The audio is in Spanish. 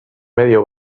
medio